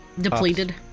depleted